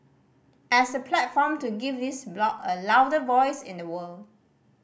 as a platform to give this bloc a louder voice in the world